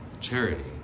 Charity